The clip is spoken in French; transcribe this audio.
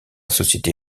société